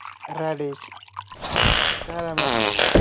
radish caramel